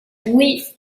oui